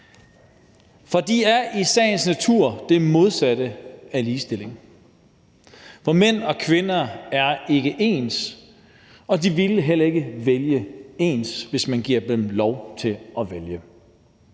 for de er i sagens natur det modsatte af ligestilling. For mænd og kvinder er ikke ens, og de vil heller ikke vælge ens, hvis man giver dem lov til at vælge.